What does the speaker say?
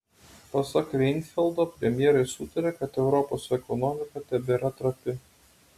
pasak reinfeldto premjerai sutarė kad europos ekonomika tebėra trapi